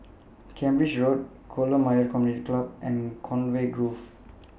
Cambridge Road Kolam Ayer Community Club and Conway Grove